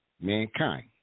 mankind